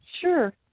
Sure